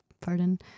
pardon